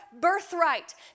birthright